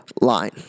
line